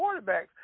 quarterbacks